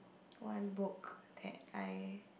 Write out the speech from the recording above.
one book that I